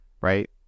right